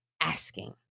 asking